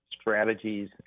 strategies